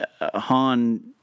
Han